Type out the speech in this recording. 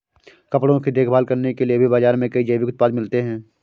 कपड़ों की देखभाल करने के लिए भी बाज़ार में कई जैविक उत्पाद मिलते हैं